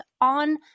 on